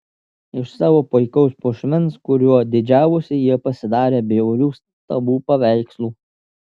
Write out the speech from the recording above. iš savo puikaus puošmens kuriuo didžiavosi jie pasidarė bjaurių stabų paveikslų